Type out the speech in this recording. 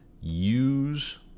Use